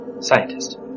Scientist